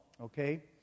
Okay